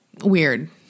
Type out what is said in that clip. weird